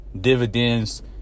dividends